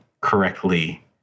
correctly